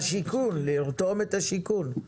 לרתום את השיכון.